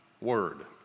word